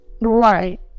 Right